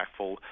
impactful